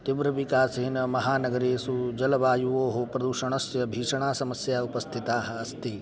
तीव्रविकासेन महानगरेषु जलवायुवोः प्रदूषणस्य भीषणासमस्या उपस्थिताः अस्ति